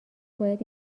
باید